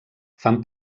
fan